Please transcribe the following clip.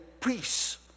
peace